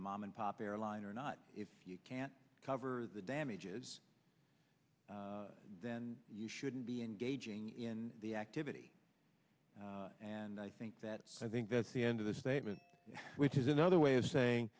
mom and pop airline or not if you can't cover the damages then you shouldn't be engaging in the activity and i think that i think that's the end of the statement which is another way of saying